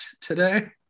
today